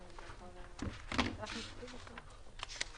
הצבעה התקנות אושרו.